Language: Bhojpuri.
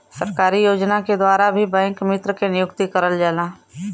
सरकारी योजना के द्वारा भी बैंक मित्र के नियुक्ति करल जाला